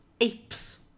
apes